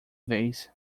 vez